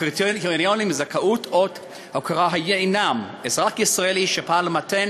הקריטריונים לזכאות לאות הוקרה הם: אזרח ישראלי שפעל למתן